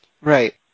Right